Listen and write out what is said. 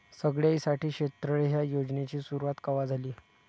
सगळ्याइसाठी शेततळे ह्या योजनेची सुरुवात कवा झाली?